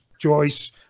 Joyce